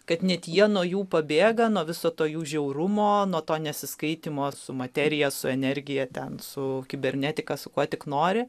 kad net jie nuo jų pabėga nuo viso to jų žiaurumo nuo to nesiskaitymo su materija su energija ten su kibernetika su kuo tik nori